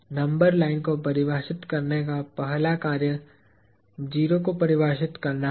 number line को परिभाषित करने का पहला कार्य 0 को परिभाषित करना है